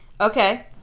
Okay